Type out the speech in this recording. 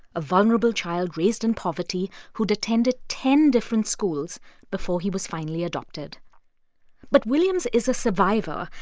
a vulnerable child raised in poverty who'd attended ten different schools before he was finally adopted but williams is a survivor.